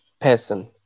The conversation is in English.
person